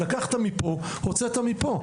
לקחת מפה, הוצאת מפה.